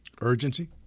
Urgency